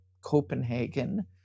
Copenhagen